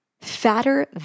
fatter